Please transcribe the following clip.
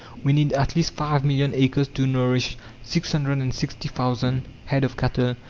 we need at least five million acres to nourish six hundred and sixty thousand head of cattle.